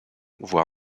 voir